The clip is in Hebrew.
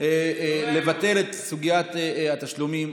לבטל את סוגיית התשלומים.